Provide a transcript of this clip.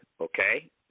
okay